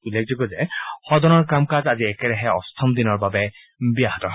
উল্লেখযোগ্য যে সদনৰ কাম কাজ আজি একেৰাহে অষ্টম দিনৰ বাবে ব্যাহত হয়